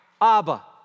Abba